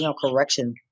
correction